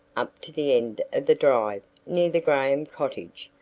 up to the end of the drive near the graham cottage,